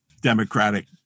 democratic